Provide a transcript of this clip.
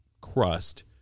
crust